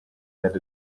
that